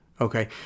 Okay